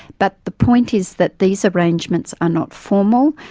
but the point is that these arrangements are not formal,